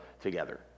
together